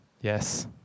Yes